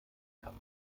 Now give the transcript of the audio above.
kann